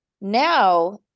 Now